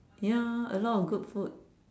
ya a lot of good food